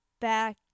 back